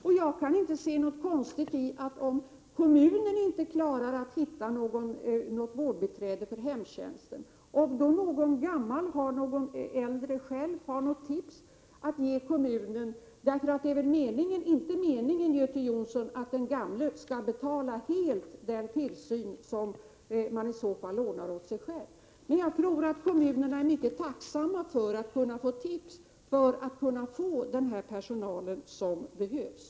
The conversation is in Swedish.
Om kommunen inte kan hitta något vårdbiträde för hemtjänsten kan jag inte se något konstigt i om saken ordnas genom att någon äldre person har ett tips att ge till kommunen. För 93 det är väl inte meningen, Göte Jonsson, att den gamle själv helt skall betala den tillsyn han i så fall ordnar åt sig själv? Jag tror att kommunerna är mycket tacksamma för tips när det gäller att få tag i den personal som behövs.